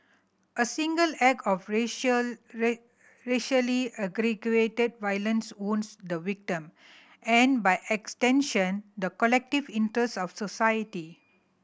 a single act of racial racially aggravated violence wounds the victim and by extension the collective interest of society